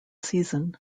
season